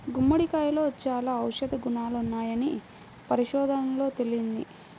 గుమ్మడికాయలో చాలా ఔషధ గుణాలున్నాయని పరిశోధనల్లో తేలింది